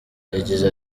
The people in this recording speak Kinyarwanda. yagize